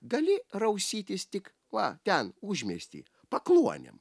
gali rausytis tik va ten užmiesty pakluonėm